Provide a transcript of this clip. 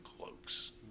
cloaks